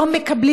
היום הם מקבלים,